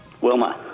Wilma